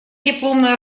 дипломная